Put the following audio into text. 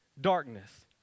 darkness